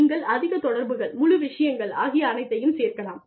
நீங்கள் அதில் தகவல் தொடர்புகள் முழு விஷயங்கள் ஆகிய அனைத்தையும் சேர்க்கலாம்